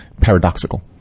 Paradoxical